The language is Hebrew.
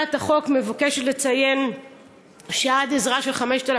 הצעת החוק מבקשת לציין שעד עזרה של 5,000